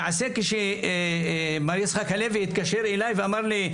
למעשה כשמר יצחק הלוי התקשר אליי ואמר לי,